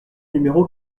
numéro